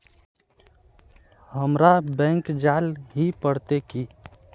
हमरा बैंक जाल ही पड़ते की?